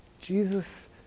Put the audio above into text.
Jesus